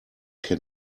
can